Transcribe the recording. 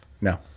No